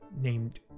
named